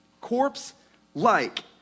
corpse-like